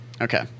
Okay